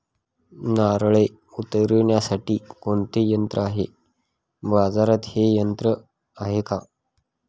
नारळे उतरविण्यासाठी कोणते यंत्र आहे? बाजारात हे यंत्र आहे का?